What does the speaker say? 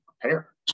prepare